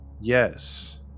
Yes